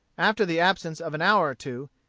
after the absence of an hour or two,